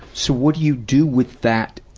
so, what do you do with that,